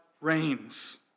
reigns